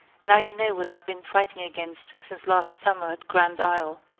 now you know what i have been fighting against since last summer at grand isle